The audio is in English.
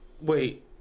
Wait